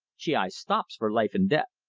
she aye stops for life and death.